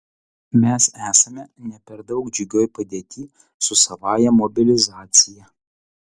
mes esame ne per daug džiugioj padėty su savąja mobilizacija